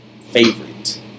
favorite